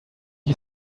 you